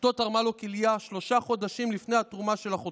אשתו תרמה לו כליה שלושה חודשים לפני התרומה של אחותי,